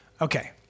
Okay